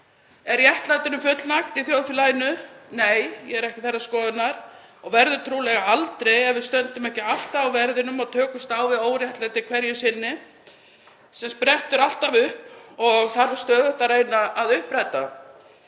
Er réttlætinu fullnægt í þjóðfélaginu? Nei, ég er ekki þeirrar skoðunar. Það verður trúlega aldrei ef við stöndum ekki alltaf á verðinum og tökumst á við óréttlæti hverju sinni sem sprettur alltaf upp og þarf stöðugt að reyna að uppræta.